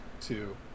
two